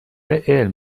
علم